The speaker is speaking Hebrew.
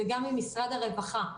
וגם עם משרד הרווחה.